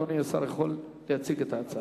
אדוני השר יכול להציג את ההצעה.